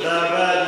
תודה רבה,